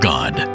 God